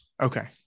okay